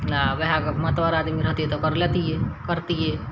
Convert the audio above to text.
आओर ओहे महतबर आदमी रहतियै तऽ लेतियै करतियै